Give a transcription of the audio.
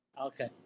Okay